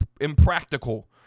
impractical